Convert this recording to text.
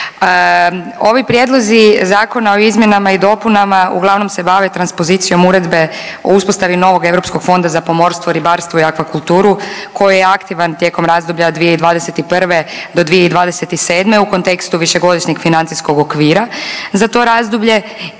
Ovi prijedlozi zakona o izmjenama i dopunama uglavnom se bave transpozicijom uredbe o uspostavi novog europskog fonda za pomorstvo, ribarstvo i aquakulturu koji je aktivan tijekom 2021. do 2027. u kontekstu višegodišnjeg financijskog okvira za to razdoblje.